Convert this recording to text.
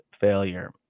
failure